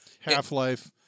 Half-Life